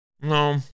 No